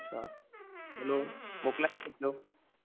अच्छा हैलो मोकिलाए छॾिजो